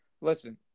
Listen